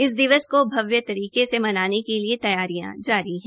इस दिवस को भव्य तरीके से मनाने के तैयारियां जारी है